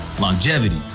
longevity